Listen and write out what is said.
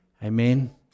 Amen